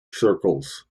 circles